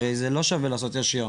זה לא שווה לעשות ישיר.